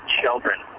children